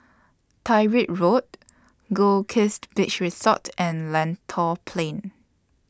Tyrwhitt Road Goldkist Beach Resort and Lentor Plain